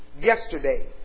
yesterday